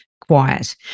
quiet